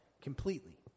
completely